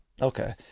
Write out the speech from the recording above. Okay